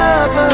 up